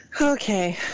okay